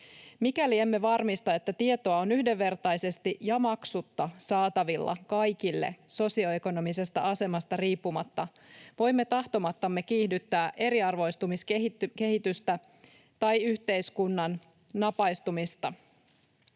Mikäli emme varmista, että tietoa on yhdenvertaisesti ja maksutta saatavilla kaikille sosioekonomisesta asemasta riippumatta, voimme tahtomattamme kiihdyttää eriarvoistumiskehitystä tai yhteiskunnan napaistumista.